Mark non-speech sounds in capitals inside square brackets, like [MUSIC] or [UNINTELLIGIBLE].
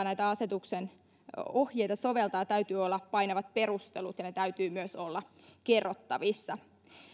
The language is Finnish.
[UNINTELLIGIBLE] näitä asetuksen ohjeita soveltaa täytyy olla painavat perustelut ja ne täytyy myös olla kerrottavissa